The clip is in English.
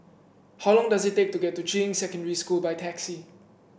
how long does it take to get to Juying Secondary School by taxi